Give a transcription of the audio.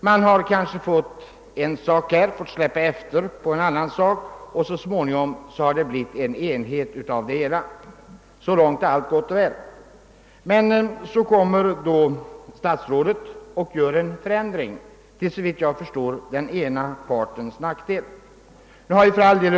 Man har kanske fått en sak och givit efter i fråga om en annan, och så har det blivit en helhet. Så långt är allt gott och väl. Statsrådet gör då en förändring till den ena partens nackdel, såvitt jag förstår.